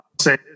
Say